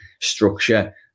structure